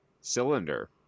cylinder